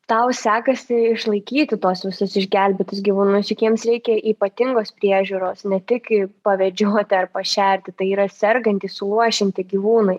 tau sekasi išlaikyti tuos visus išgelbėtus gyvūnus juk jiems reikia ypatingos priežiūros ne tik pavedžioti ar pašerti tai yra sergantys suluošinti gyvūnai